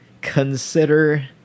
consider